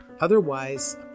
Otherwise